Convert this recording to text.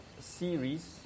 series